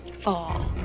fall